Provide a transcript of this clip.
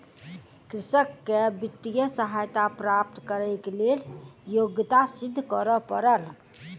कृषक के वित्तीय सहायता प्राप्त करैक लेल योग्यता सिद्ध करअ पड़ल